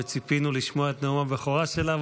וציפינו לשמוע את נאום הבכורה שלה,